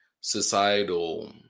societal